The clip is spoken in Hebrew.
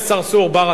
ברכה ושנאן,